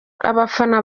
abafana